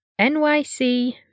NYC